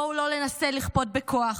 בואו לא ננסה לכפות בכוח,